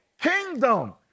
kingdom